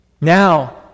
Now